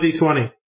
d20